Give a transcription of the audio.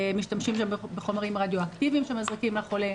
משתמשים שם בחומרים רדיואקטיביים שמזריקים לחולה,